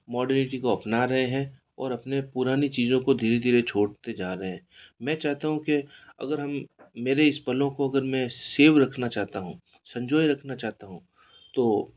modality को अपना रहे हैं और अपने पुरानी चीज़ों को धीरे धीरे छोड़ते जा रहे हैं मैं चाहता हूँ कि अगर हम मेरे इस पलों को अगर मैं सेव रखना चाहता हूँ संजोए रखना चाहता हूँ तो